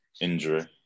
injury